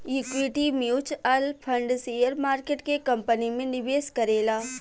equity mutual fund share market के company में निवेश करेला